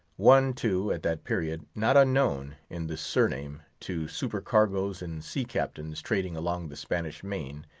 one, too, at that period, not unknown, in the surname, to super-cargoes and sea captains trading along the spanish main,